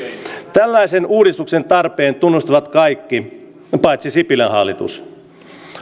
tällaisen uudistuksen tarpeen tunnustavat kaikki paitsi sipilän hallitus